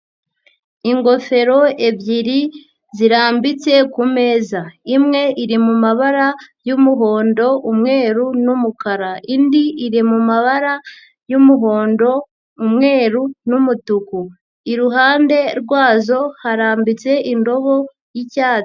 Ingofero ebyiri zirambitse ku meza, imwe iri mu mabara y'umuhondo, umweru n'umukara, indi iri mu mabara y'umuhondo, umweru n'umutuku, iruhande rwazo harambitse indobo y'icyatsi.